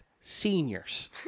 seniors